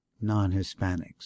non-Hispanics